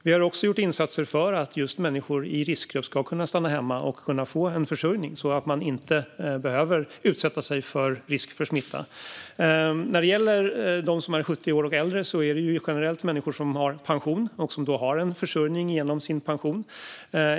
Vi har också gjort insatser för att just människor i riskgrupp ska kunna stanna hemma och få en försörjning så att man inte behöver utsätta sig för risk för smitta. När det gäller dem som är 70 år och äldre är det generellt människor som har pension och som då har en försörjning genom sin pension.